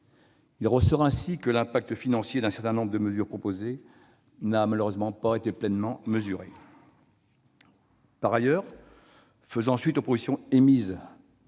leurs obligations. L'impact financier d'un certain nombre de mesures proposées n'a malheureusement pas été pleinement mesuré. Par ailleurs, faisant suite aux propositions émises,